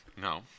No